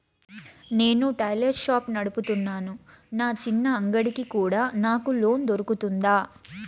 నేను tailor shop నడుపుతున్నాను, నా చిన్న అంగడి కి కూడా నాకు లోను దొరుకుతుందా?